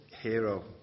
hero